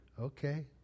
Okay